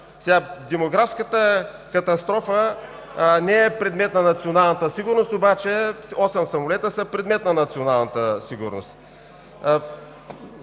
Демографската катастрофа не е предмет на националната сигурност, но осем самолета са предмет на националната сигурност?!